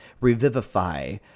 Revivify